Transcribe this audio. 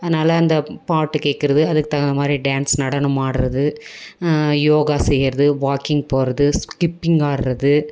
அதனால் அந்த பாட்டு கேட்குறது அதுக்கு தகுந்த மாதிரி டேன்ஸ் நடனம் ஆடுகிறது யோகா செய்கிறது வாக்கிங் போகிறது ஸ்கிப்பிங் ஆடுறது